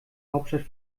hauptstadt